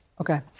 Okay